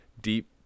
deep